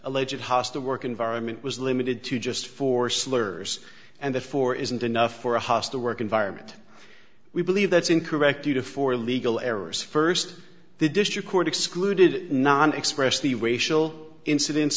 alleged hostile work environment was limited to just four slurs and that four isn't enough for a hostile work environment we believe that's incorrect data for legal errors first the district court excluded non express the racial incidents